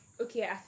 okay